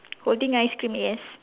holding ice cream yes